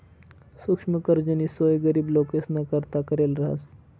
सुक्ष्म कर्जनी सोय गरीब लोकेसना करता करेल रहास